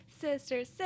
Sisters